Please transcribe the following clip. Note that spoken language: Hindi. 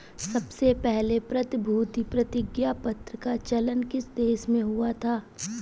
सबसे पहले प्रतिभूति प्रतिज्ञापत्र का चलन किस देश में हुआ था?